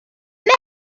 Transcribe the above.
man